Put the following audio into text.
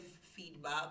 feedback